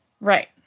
Right